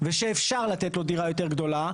ואפשר לתת לו דירה יותר גדולה.